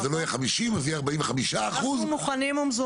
אז זה לא יהיה 50% אלא 45% -- אנחנו מוכנים ומזומנים,